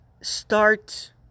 start